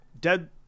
Dead